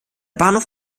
bahnhof